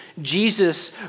Jesus